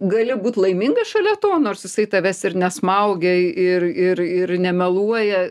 gali būt laiminga šalia to nors jisai tavęs ir nesmaugia ir ir ir nemeluoja